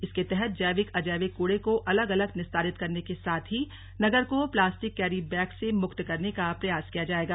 इसके तहत जैविक अजैविक कूड़े को अलग अलग निस्तारित करने के साथ ही नगर को प्लास्टिक कैरी बैग से मुक्त करने का प्रयास किया जाएगा